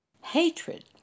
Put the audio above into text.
hatred